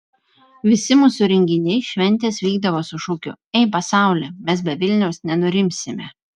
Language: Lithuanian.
visi mūsų renginiai šventės vykdavo su šūkiu ei pasauli mes be vilniaus nenurimsime